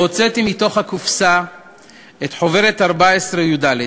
והוצאתי מתוך הקופסה את חוברת 14, י"ד,